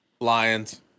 Lions